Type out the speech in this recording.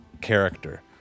character